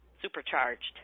supercharged